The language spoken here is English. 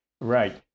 Right